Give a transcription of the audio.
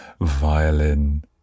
violin